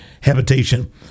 habitation